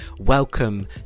Welcome